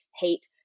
hate